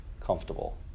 comfortable